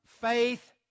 faith